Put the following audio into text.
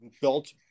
built